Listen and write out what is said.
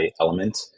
element